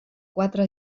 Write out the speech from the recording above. quatre